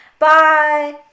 Bye